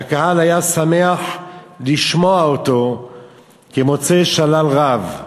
שהקהל היה שמח לשמוע אותו כמוצא שלל רב.